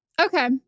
Okay